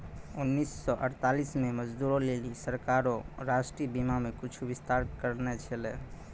उन्नीस सौ अड़तालीस मे मजदूरो लेली सरकारें राष्ट्रीय बीमा मे कुछु विस्तार करने छलै